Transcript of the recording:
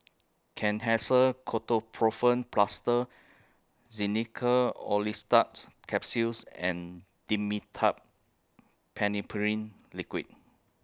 Kenhancer Ketoprofen Plaster Xenical Orlistat's Capsules and Dimetapp Phenylephrine Liquid